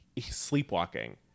sleepwalking